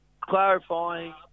clarifying